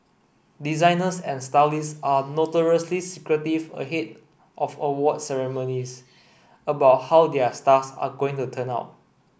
designers and stylists are notoriously secretive ahead of awards ceremonies about how their stars are going to turn out